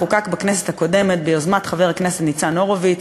חוקק בכנסת הקודמת ביוזמת חבר הכנסת ניצן הורוביץ,